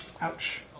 Ouch